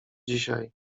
dzisiaj